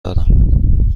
دارم